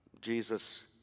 Jesus